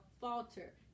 falter